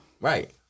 Right